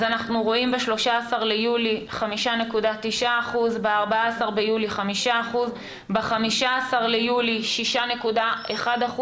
אז אנחנו רואים ב-13 ביולי 5.9%; ב-14 ביולי 5%; ב-15 ביולי 6.1%,